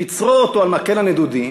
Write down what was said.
לצרור אותו על מקל הנדודים,